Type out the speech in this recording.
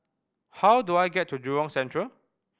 how do I get to Jurong Central